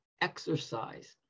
exercise